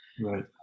Right